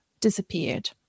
disappeared